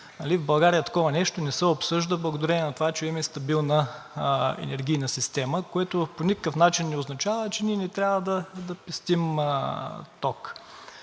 в България такова нещо не се обсъжда благодарение на това, че имаме стабилна енергийна система, което по никакъв начин не означава, че ние не трябва да пестим ток.